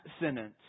sentence